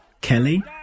Kelly